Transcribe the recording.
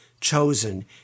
chosen